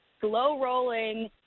slow-rolling